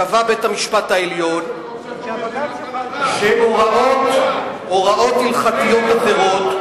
קבע בית-המשפט העליון שהוראות הלכתיות אחרות,